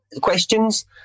Questions